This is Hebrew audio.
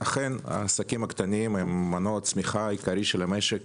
אכן העסקים הקטנים הם מנוע הצמיחה העיקרי של המשק,